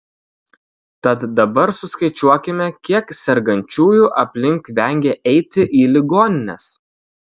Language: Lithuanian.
tad dabar suskaičiuokime kiek sergančiųjų aplink vengia eiti į ligonines